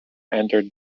entered